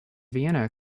vienna